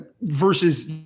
versus